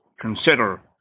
consider